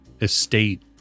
estate